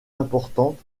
importante